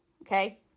Okay